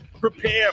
prepare